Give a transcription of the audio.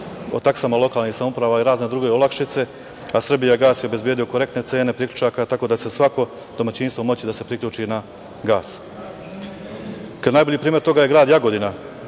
o taksama lokalnih samouprava i razne druge olakšice, a „Srbijagas“ je obezbedio korektne cene priključaka, tako da će svako domaćinstvo moći da se priključi na gas. Kao najbolji primer toga je grad Jagodina